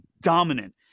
dominant